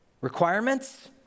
Requirements